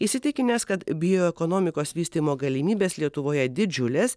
įsitikinęs kad bioekonomikos vystymo galimybės lietuvoje didžiulės